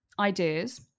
Ideas